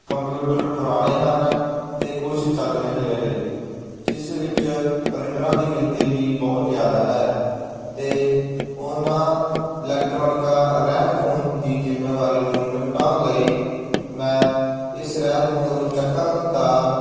computer ਪੁਰਾਣੇ ਹਨ ਅਤੇ ਕੁਛ ਚੱਲ ਨਹੀਂ ਰਹੇ ਜਿਸ ਵਿੱਚ ਪ੍ਰਿੰਟਰਾਂ ਦੀ ਗਿਣਤੀ ਵੀ ਬਹੁਤ ਜ਼ਿਆਦਾ ਹੈ ਅਤੇ ਉਨ੍ਹਾਂ ਇਲੈਕਟ੍ਰੋਨਿਕਾਂ ਰਹਿੰਦ ਖੂੰਹਦ ਦੀ ਜ਼ਿੰਮੇਵਾਰੀ ਨੂੰ ਨਿਪਟਾਉਣ ਲਈ ਮੈਂ ਇਸ ਰਹਿੰਦ ਖੂੰਹਦ ਨੂੰ ਚੁੱਕਣ ਦਾ